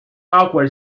awkward